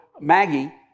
Maggie